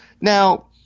Now